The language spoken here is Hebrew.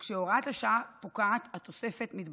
וכשהוראת השעה פוקעת, התוספת מתבטלת.